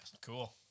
Cool